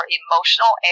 emotional